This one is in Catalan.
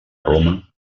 roma